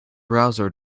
browser